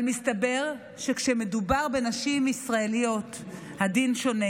אבל מסתבר שכשמדובר בנשים ישראליות הדין שונה.